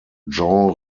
genre